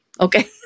Okay